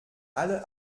alle